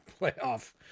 playoff